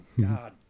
God